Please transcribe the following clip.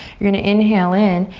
you're gonna inhale in,